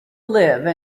live